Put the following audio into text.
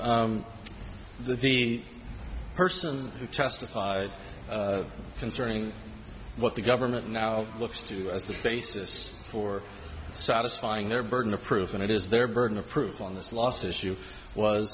that the person who testified concerning what the government now looks to as the basis for satisfying their burden of proof and it is their burden of proof on this last issue was